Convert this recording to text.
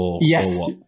Yes